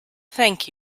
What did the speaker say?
thank